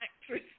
actress